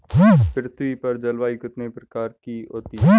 पृथ्वी पर जलवायु कितने प्रकार की होती है?